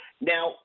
Now